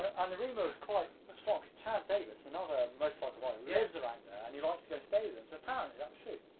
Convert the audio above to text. ah and the re-mode was quite strong cause chaz davis, another motorcycle rider, lives around there and he likes to go stay with him. so apparently, that was true.